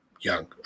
young